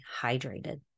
hydrated